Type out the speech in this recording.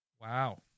Wow